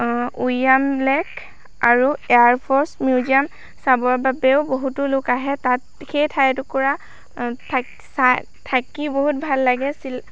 Umiam lake আৰু air force museum চাবৰ বাবেও বহুতো লোক আহে তাত সেই ঠাইটুকুৰা চাই থাকি বহুত ভাল লাগে শ্বিল